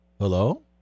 Hello